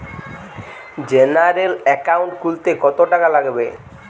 General account খুলতে কত টাকা লাগবে?